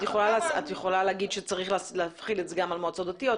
את יכולה לומר שצריך להחיל את זה על מועצות דתיות.